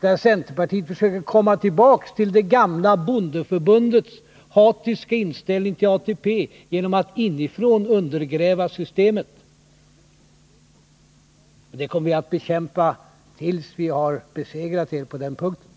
där centerpartiet försökte komma tillbaka till det gamla bondeförbundets hatiska inställning till ATP genom att inifrån undergräva systemet. Det kommer vi att bekämpa tills vi har besegrat er på den punkten.